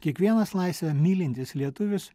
kiekvienas laisvę mylintis lietuvis